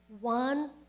one